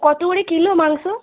কত করে কিলো মাংস